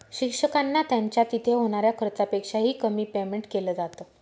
शिक्षकांना त्यांच्या तिथे होणाऱ्या खर्चापेक्षा ही, कमी पेमेंट केलं जात